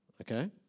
Okay